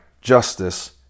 justice